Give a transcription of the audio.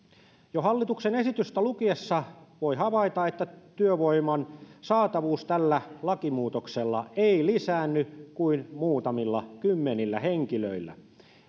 jo hallituksen esitystä lukiessa voi havaita että työvoiman saatavuus tällä lakimuutoksella ei lisäänny kuin muutamilla kymmenillä henkilöillä